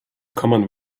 common